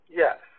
yes